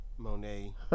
Monet